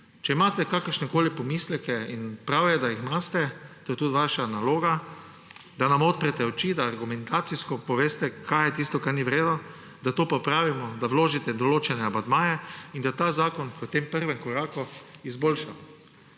Če imate kakršnekoli pomisleke – in prav je, da jih imate, to je tudi vaša naloga, da nam odprete oči –, da argumentacijsko poveste, kaj je tisto, kar ni v redu, da to popravimo, da vložite določene amandmaje in da ta zakon v tem prvem koraku izboljšamo.